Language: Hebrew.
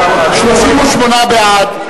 38 בעד,